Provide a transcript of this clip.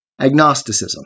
agnosticism